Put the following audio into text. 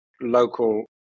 local